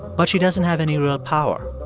but she doesn't have any real power.